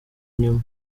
inyuma